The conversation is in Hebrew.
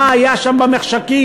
מה היה שם במחשכים,